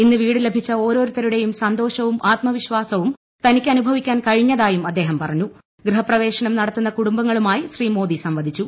ഇന്ന് വീട് ലഭിച്ച ഓരോരുത്തരുടെയും സന്തോഷവും ആത്മവിശ്വാസവും തനിക്ക് അനുഭവിക്കാൻ കഴിഞ്ഞതായും അദ്ദേഹം പറഞ്ഞു ഗൃഹപ്രവേശനം നടത്തുന്ന കുടുംബങ്ങളുമായി ശ്രീ മോദി സംവദിച്ചു